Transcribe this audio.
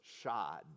shod